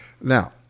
Now